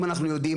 אם אנחנו יודעים,